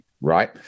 right